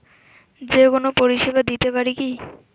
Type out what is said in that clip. যে কোনো পরিষেবা দিতে পারি কি?